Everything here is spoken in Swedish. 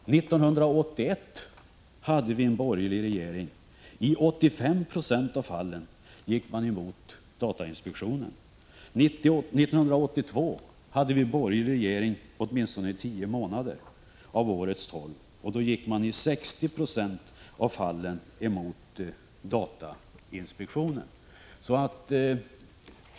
1981 hade vi en borgerlig regering. I 85 26 av fallen gick den emot datainspektionen. 1982 hade vi en borgerlig regering, åtminstone under tio av årets tolv månader. Då gick man i 60 96 av fallen emot datainspektionen.